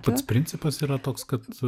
pats principas yra toks kad